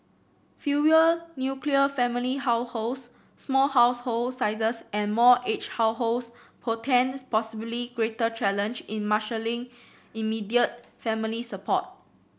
fewer nuclear family households small household sizes and more aged households portend possibly greater challenge in marshalling immediate family support